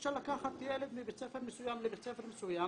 אי-אפשר לקחת ילד מבית ספר מסוים לבית ספר מסוים